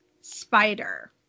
spider